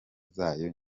zayo